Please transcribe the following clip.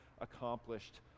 accomplished